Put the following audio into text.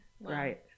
Right